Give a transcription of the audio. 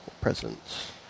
presence